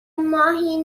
ماهی